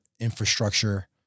infrastructure